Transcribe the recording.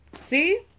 See